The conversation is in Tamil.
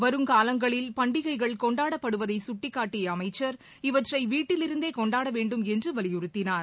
வருங்காலங்களில் பண்டிகைகள் கொண்டாடப்படுவதை குட்டிக்காட்டிய அமைச்சர் இவற்றை வீட்டிலிருந்தே கொண்டாட வேண்டும் என்றும் வலியுறுத்தினார்